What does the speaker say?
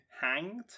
hanged